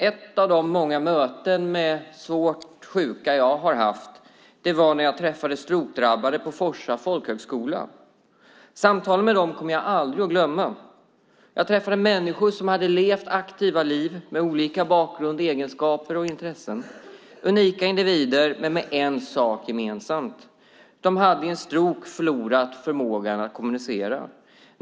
Ett av de många möten med svårt sjuka jag har haft var när jag träffade strokedrabbade på Forsa folkhögskola. Samtalen med dem kommer jag aldrig att glömma. Jag träffade människor som hade levt aktiva liv med olika bakgrund, egenskaper och intressen. De var unika individer men med en sak gemensam: De hade i en stroke förlorat förmågan att kommunicera.